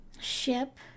ship